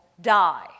die